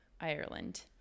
Ireland